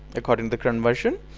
according the convertion.